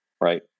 right